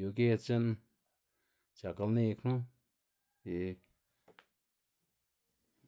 yu giedz c̲h̲e'n c̲h̲ak lni knu y.